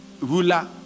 ruler